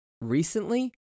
recently